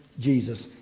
Jesus